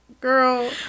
girl